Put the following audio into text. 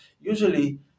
usually